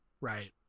Right